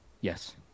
yes